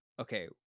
okay